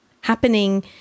happening